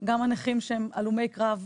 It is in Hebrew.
גם הנכים שהם הלומי קרב,